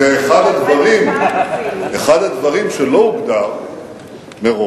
ואחד הדברים שלא הוגדר מראש,